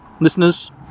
listeners